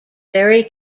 very